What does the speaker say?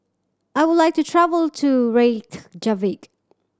I would like to travel to Reykjavik